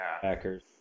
Packers